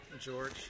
George